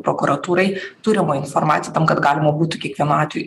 prokuratūrai turimai informacijai tam kad galima būtų kiekvienu atveju